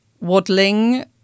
waddling